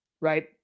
Right